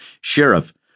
Sheriff